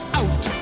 out